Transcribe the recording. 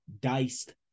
diced